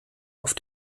auf